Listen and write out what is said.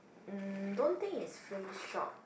um don't think is Face-Shop